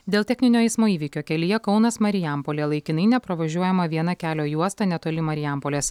dėl techninio eismo įvykio kelyje kaunas marijampolė laikinai nepravažiuojama viena kelio juosta netoli marijampolės